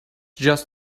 just